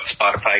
spotify